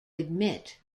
admit